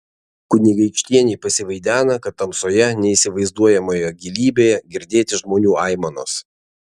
kunigaikštienei pasivaidena kad tamsoje neįsivaizduojamoje gilybėje girdėti žmonių aimanos